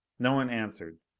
no one answered.